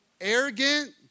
arrogant